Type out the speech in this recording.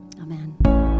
Amen